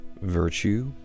virtue